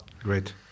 Great